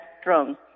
strong